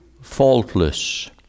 faultless